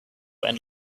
and